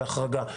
זה החרגה,